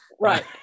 right